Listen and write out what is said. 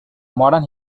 modern